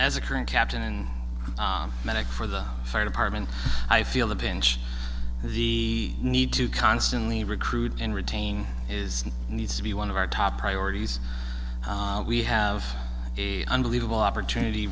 as a current captain medic for the fire department i feel the pinch the need to constantly recruit and retain is needs to be one of our top priorities we have a unbelievable opportunity